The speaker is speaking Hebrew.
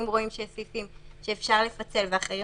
אם רואים שיש סעיפים שאפשר לפצל ואחרים